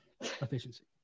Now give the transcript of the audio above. efficiency